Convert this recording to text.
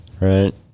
right